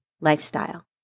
lifestyle